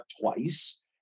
twice